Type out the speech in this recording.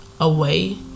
away